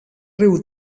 riu